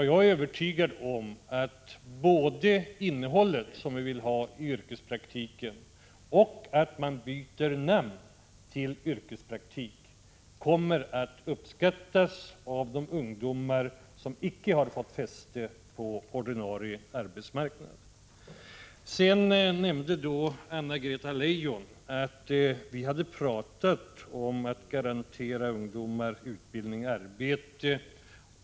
Jag är övertygad om att både innehållet när det gäller yrkespraktiken och namnbytet — alltså att man väljer benämningen yrkespraktik — kommer att uppskattas av de ungdomar som icke har fått fäste på den ordinarie arbetsmarknaden. Anna-Greta Leijon nämnde att centern hade krävt att ungdomar skulle garanteras utbildning och arbete.